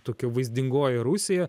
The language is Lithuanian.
tokia vaizdingoji rusija